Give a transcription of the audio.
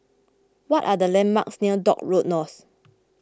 what are the landmarks near Dock Road North